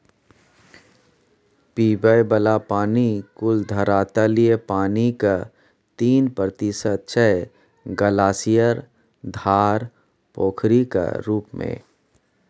पीबय बला पानि कुल धरातलीय पानिक तीन प्रतिशत छै ग्लासियर, धार, पोखरिक रुप मे